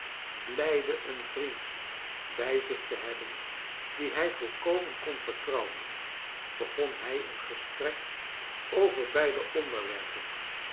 blijde een vriend bij zich te hebben dien hij volkomen kon vertrouwen begon hij een gesprek over beide onderwerpen